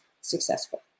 successful